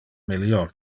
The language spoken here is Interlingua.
melior